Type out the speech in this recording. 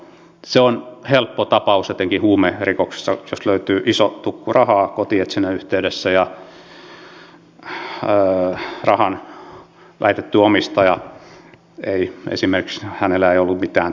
se on helppo tapaus etenkin huumerikoksissa jos löytyy iso tukku rahaa kotietsinnän yhteydessä ja rahan väitetyllä omistajalla ei esimerkiksi ole ollut mitään tuloja